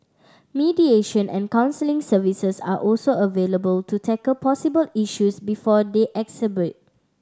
mediation and counselling services are also available to tackle possible issues before they exacerbate